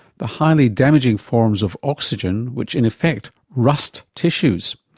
the highly damaging forms of oxygen which in effect rust tissues.